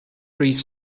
brief